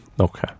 Okay